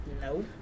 No